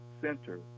Center